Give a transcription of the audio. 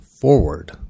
forward